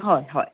हय हय